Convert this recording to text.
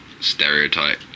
stereotype